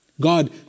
God